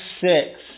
six